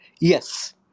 yes